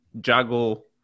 juggle